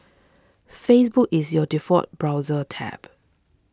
Facebook is your default browser tab